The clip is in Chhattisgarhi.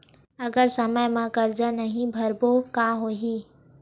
अगर समय मा कर्जा नहीं भरबों का होई?